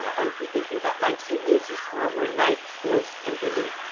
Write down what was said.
i'm thinking about langston hughes's poem where night grows tenderly,